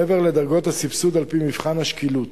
מעבר לדרגות הסבסוד על-פי מבחן השקילות.